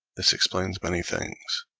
this explains many things,